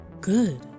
good